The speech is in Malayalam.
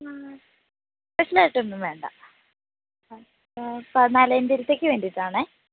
സ്പെഷ്യലായിട്ട് ഒന്നും വേണ്ട പതിനാലാം തിയ്യതിയിലേക്ക് വേണ്ടിയിട്ടാണ്